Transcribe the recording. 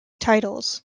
titles